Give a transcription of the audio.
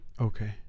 Okay